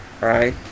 right